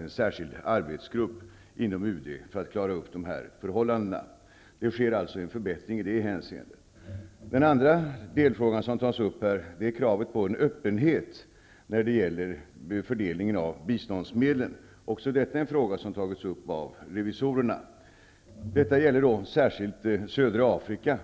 en särskild arbetsgrupp har tillsatts inom UD för att klara upp dessa förhållanden. Det sker alltså en förbättring i det hänseendet. Den andra delfrågan gäller kravet på öppenhet när det gäller fördelningen av biståndsmedlen. Också detta är en fråga som har tagits upp av revisorerna. Denna fråga gäller särskilt södra Afrika.